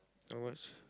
how much